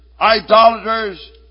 idolaters